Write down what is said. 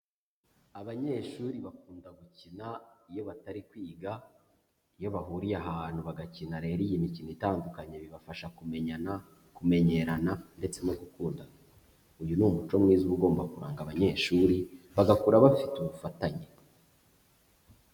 Abanyeshuri bakunda gukina iyo batari kwiga, iyo bahuriye ahantu bagakina rero iyi mikino itandukanye, bibafasha kumenyana, kumenyerana ndetse no gukunda, uyu ni umuco mwiza uba ugomba kuranga abanyeshuri, bagakura bafite ubufatanye.